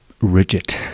rigid